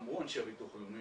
אמרו אנשי הביטוח הלאומי,